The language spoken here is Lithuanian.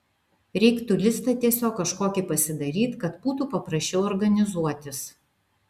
reiktų listą tiesiog kažkokį pasidaryt kad būtų paprasčiau organizuotis